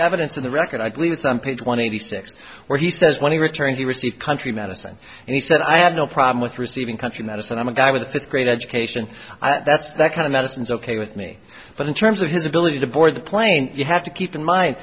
evidence in the record i believe it's on page one hundred six where he says when he returned he received country medicine and he said i had no problem with receiving country medicine i'm a guy with a fifth grade education that's that kind of medicine is ok with me but in terms of his ability to board the plane you have to keep in mind